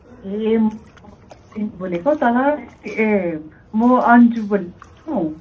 ए बोलेको तल ए म अन्जु बोलेको